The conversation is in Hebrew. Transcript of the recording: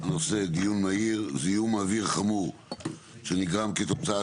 הנושא: דיון מהיר - "זיהום אוויר חמור שנגרם כתוצאה